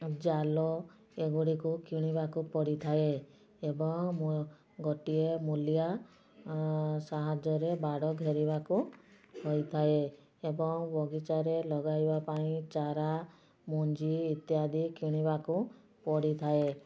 ଜାଲ ଏଗୁଡ଼ିକୁ କିଣିବାକୁ ପଡ଼ିଥାଏ ଏବଂ ମୋ ଗୋଟିଏ ମୂଲିଆ ସାହାଯ୍ୟରେ ବାଡ଼ ଘେରିବାକୁ ହୋଇଥାଏ ଏବଂ ବଗିଚାରେ ଲଗାଇବା ପାଇଁ ଚାରା ମଞ୍ଜି ଇତ୍ୟାଦି କିଣିବାକୁ ପଡ଼ିଥାଏ